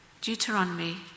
deuteronomy